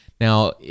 Now